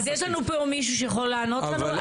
אז יש לנו פה מישהו שיכול לענות לנו?